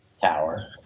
tower